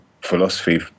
philosophy